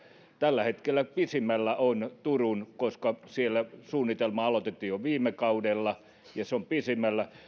tällä hetkellä pisimmällä on turun koska siellä suunnitelma aloitettiin jo viime kaudella se on pisimmällä